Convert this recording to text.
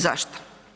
Zašto?